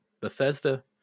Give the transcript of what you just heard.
Bethesda